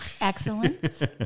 Excellence